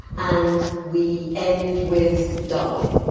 and we end with darwin.